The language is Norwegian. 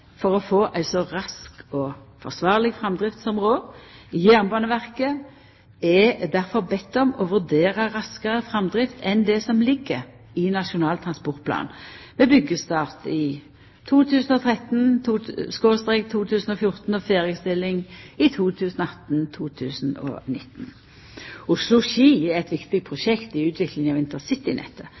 for å få ei så rask og forsvarleg framdrift som råd. Jernbaneverket er difor bede om å vurdera raskare framdrift enn det som ligg i Nasjonal transportplan ved byggjestart i 2013/2014 og ferdigstilling i 2018/2019. Oslo–Ski er eit viktig prosjekt i utviklinga av intercitynettet.